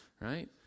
right